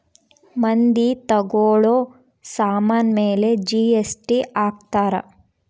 ಮಂದಿ ತಗೋಳೋ ಸಾಮನ್ ಮೇಲೆ ಜಿ.ಎಸ್.ಟಿ ಹಾಕ್ತಾರ್